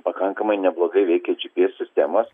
pakankamai neblogai veikia gps sistemos